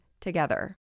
together